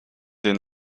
den